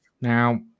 Now